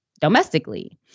domestically